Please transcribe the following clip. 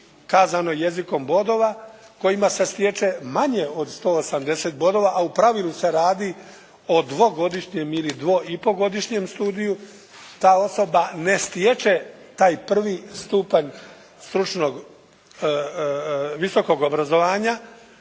kazano jezikom bodova kojima se stječe manje od 180 bodova, a u pravilu se radi o dvogodišnjim ili dvoipogodišnjem studiju. Ta osoba ne stječe taj prvi stupanj stručnog visokog obrazovanja,